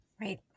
right